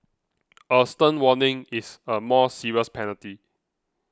a stern warning is a more serious penalty